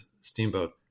steamboat